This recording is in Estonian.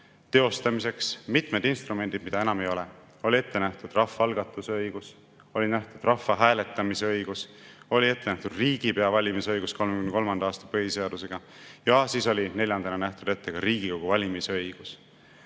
teostamiseks mitmed instrumendid, mida enam ei ole. Oli ette nähtud rahvaalgatuse õigus, oli ette nähtud rahvahääletuse õigus, oli ette nähtud riigipea valimise õigus 1933. aasta põhiseadusega. Neljandana oli nähtud ette Riigikogu valimise õigus.